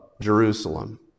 Jerusalem